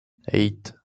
eight